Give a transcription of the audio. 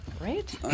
right